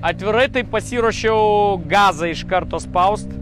atvirai tai pasiruošiau gazą iš karto spaust